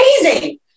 amazing